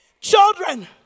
Children